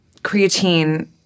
creatine